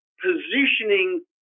Positioning